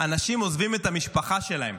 אנשים עוזבים את המשפחה שלהם,